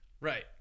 right